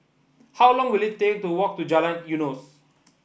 how long will it take to walk to Jalan Eunos